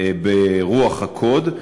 ברוח הקוד.